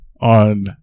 on